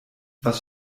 was